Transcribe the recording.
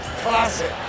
classic